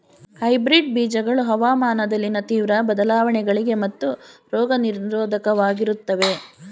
hybrid ಬೀಜಗಳು ಹವಾಮಾನದಲ್ಲಿನ ತೀವ್ರ ಬದಲಾವಣೆಗಳಿಗೆ ಮತ್ತು ರೋಗ ನಿರೋಧಕವಾಗಿರುತ್ತವೆ